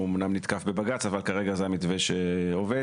אמנם נתקף בבג"ץ אבל כרגע זה המתווה שעובד.